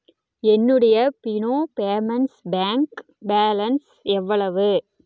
என்னுடைய Fino payments bank balance எவ்வளவு